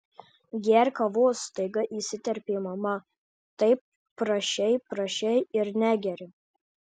gerk kavos staiga įsiterpė mama taip prašei prašei ir negeri